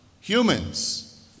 Humans